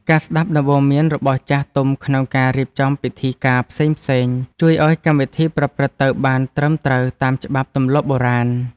ការស្ដាប់ដំបូន្មានរបស់ចាស់ទុំក្នុងការរៀបចំពិធីការផ្សេងៗ ជួយឱ្យកម្មវិធីប្រព្រឹត្តទៅបានត្រឹមត្រូវតាមច្បាប់ទម្លាប់បុរាណ។